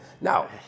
Now